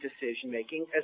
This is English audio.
decision-making